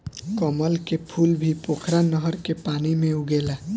कमल के फूल भी पोखरा नहर के पानी में उगेला